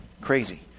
Crazy